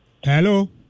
Hello